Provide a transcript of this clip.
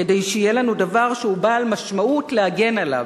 כדי שיהיה לנו דבר שהוא בעל משמעות להגן עליו.